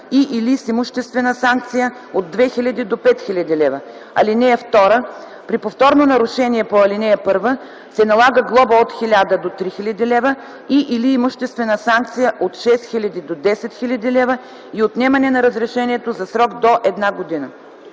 и/или с имуществена санкция от 2000 до 5000 лв. (2) При повторно нарушение по ал. 1 се налага глоба от 1000 до 3000 лв. и/или имуществена санкция от 6000 до 10 000 лв. и отнемане на разрешението за срок до една година.”